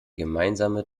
gemeinsame